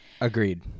agreed